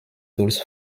tools